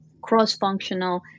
cross-functional